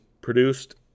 produced